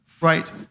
Right